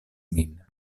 min